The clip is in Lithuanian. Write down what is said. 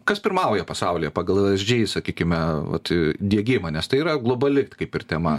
kas pirmauja pasaulyje pagal esg sakykime vat diegimą nes tai yra globali kaip ir tema